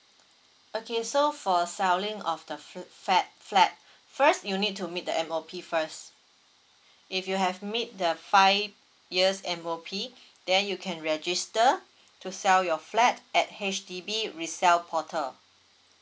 okay so for selling of the f~ fat flat first you need to meet the M_O_P first if you have meet the five years M_O_P then you can register to sell your flat at H_D_B resell portal